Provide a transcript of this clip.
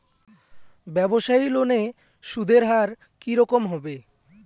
ব্যবসায়ী লোনে সুদের হার কি রকম হবে?